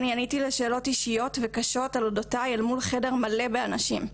אני עניתי לשאלות אישיות וקשות על אודותיי אל מול חדר מלא באנשים,